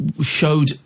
showed